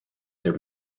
their